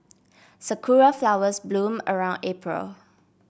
sakura flowers bloom around April